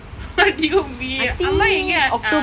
what do you mean அம்மா எங்கே:amma enge